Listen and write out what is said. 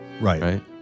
right